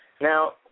Now